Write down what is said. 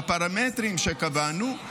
בפרמטרים שקבענו,